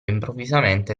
improvvisamente